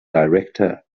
director